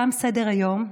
תם סדר-היום.